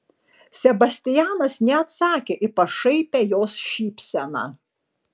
sebastianas neatsakė į pašaipią jos šypseną